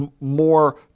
more